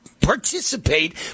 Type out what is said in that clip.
participate